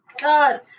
God